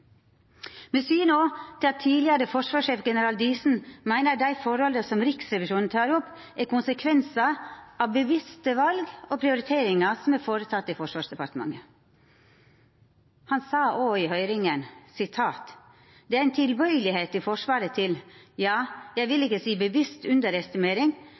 til at tidlegare forsvarssjef, general Diesen meiner forholda Riksrevisjonen tek opp, er konsekvensar av bevisste val og prioriteringar som er gjorde i Forsvarsdepartementet. Han sa òg i høyringa at det er «en tilbøyelighet i Forsvaret til jeg vil ikke si bevisst underestimering,